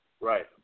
right